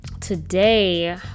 today